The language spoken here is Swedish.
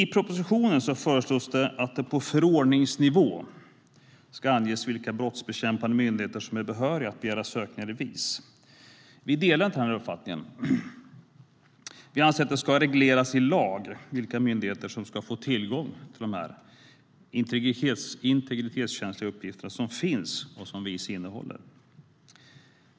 I propositionen föreslås att det på förordningsnivå ska anges vilka brottsbekämpande myndigheter som är behöriga att begära sökningar i VIS. Vi delar inte den uppfattningen. Vi anser att det ska regleras i lag vilka myndigheter som ska få tillgång till de integritetskänsliga uppgifter som VIS innehåller.